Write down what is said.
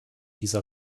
dieser